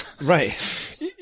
right